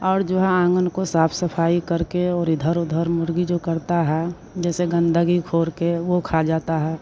और जो है आँगन को साफ सफाई करके और इधर उधर मुर्गी जो करता है जैसे गंदगी खोदकर वह खा जाता है